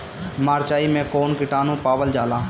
मारचाई मे कौन किटानु पावल जाला?